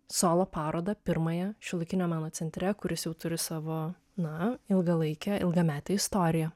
solo parodą pirmąją šiuolaikinio meno centre kuris jau turi savo na ilgalaikę ilgametę istoriją